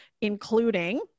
including